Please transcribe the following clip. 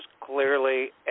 clearly